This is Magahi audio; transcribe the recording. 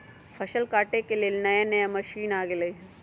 फसल काटे के लेल नया नया मशीन आ गेलई ह